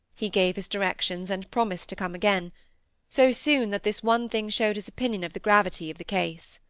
he gave his directions, and promised to come again so soon, that this one thing showed his opinion of the gravity of the case.